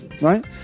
right